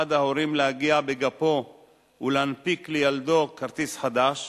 ההורים להגיע בגפו ולהנפיק לילדו כרטיס חדש,